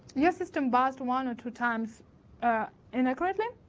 your system bust one or two times inaccurately,